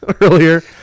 earlier